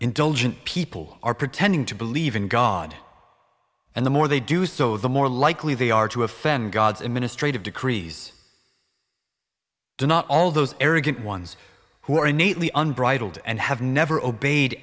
indulgent people are pretending to believe in god and the more they do so the more likely they are to offend god's administrate of decrees do not all those arrogant ones who are innately unbridled and have never obeyed